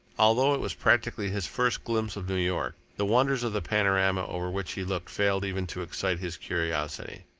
although it was practically his first glimpse of new york, the wonders of the panorama over which he looked failed even to excite his curiosity.